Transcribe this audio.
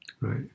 right